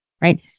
right